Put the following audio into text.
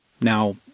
Now